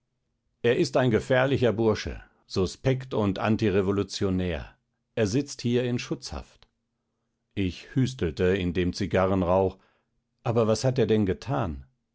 er ist ein gefährlicher bursche suspekt und antirevolutionär er sitzt hier in schutzhaft ich hüstelte in dem zigarrenrauch aber was hat er denn getan